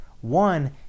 One